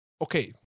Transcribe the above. okay